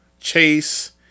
Chase